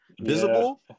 visible